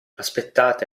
aspettate